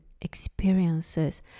experiences